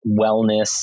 wellness